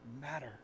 matter